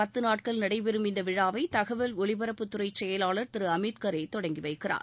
பத்து நாட்கள் நடைபெறும் இந்த விழாவை தகவல் ஒலிபரப்புத்துறை செயலாளர் திரு அமித் கரே தொடங்கி வைக்கிறார்